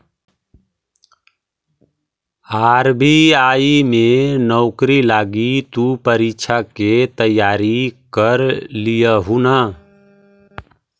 RBI में नौकरी लागी तु परीक्षा के तैयारी कर लियहून